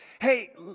Hey